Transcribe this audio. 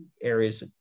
areas